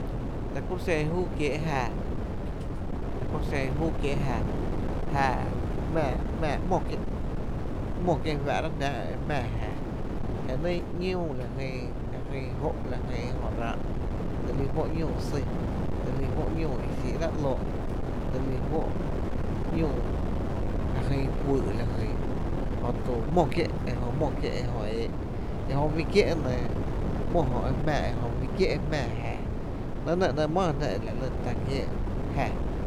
La kuro’ xen júú kiee’ jⱥⱥ, la kuro’ xen júú kiee’ jⱥⱥ, jⱥⱥ jmⱥⱥ ‘mo kié’ ‘mo kié’ fáá’rá’ jnáá’ e jmⱥⱥ jⱥⱥ jnyy ‘ñuu la jyn, lajyn jó’ lajyn jó ráá’, dse lífó’ ‘ñuu sý, dse lí fó’ ñuu i xíí’ rá’ ‘lóó’ dse lí fó’ ‘ñúu l jyn fyy’ l jyn, ejö mó kié’, e jö e éé’, ejö ba fí kié’ ‘mo jö, ejö ba fí kié’ e jmⱥⱥ, ‘néé’ enɇ ‘néé’ e maa jná ekiee’ jⱥⱥ.